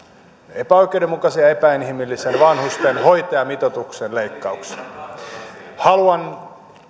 epäoikeudenmukaisen ja epäinhimillisen vanhusten hoitajamitoituksen leikkauksen haluan